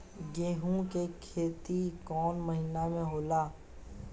गेहूं के खेती कौन महीना में होला?